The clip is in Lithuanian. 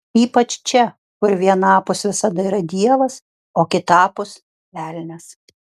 ypač čia kur vienapus visada yra dievas o kitapus velnias